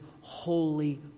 holy